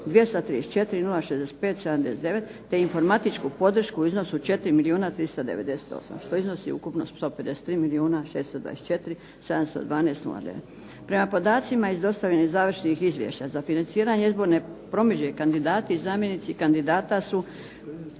234 065 79, te informatičku podršku u iznosu od 4 milijuna 398 što iznosi ukupno 153 milijuna 624 712 09. Prema podacima iz dostavljenih završnih izvješća za financiranje izborne promidžbe kandidati i zamjenici kandidata su